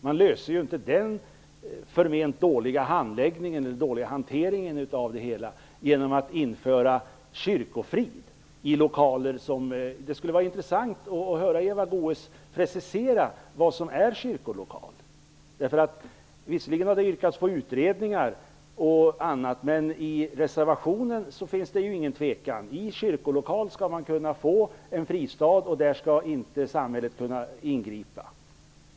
Man löser ju inte den förment dåliga hanteringen genom att införa kyrkofrid i kyrkolokal. Det skulle vara intressant att höra Eva Goës precisera vad som är kyrkolokal. Visserligen har det yrkats på utredningar, men i reservationen finns det ingen tvekan: I kyrkolokal skall man kunna få en fristad, och där skall samhället inte kunna ingripa.